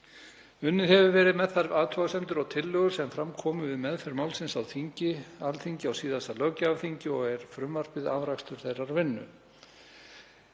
Unnið hefur verið með þær athugasemdir og tillögur sem fram komu við meðferð málsins á Alþingi á síðasta löggjafarþingi og er frumvarpið afrakstur þeirrar vinnu.